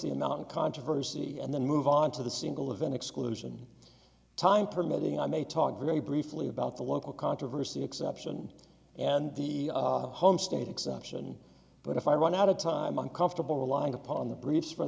the amount of controversy and then move on to the single event exclusion time permitting i may talk very briefly about the local controversy exception and the home state exception but if i run out of time i'm comfortable relying upon the briefs for